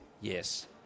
yes